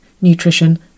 nutrition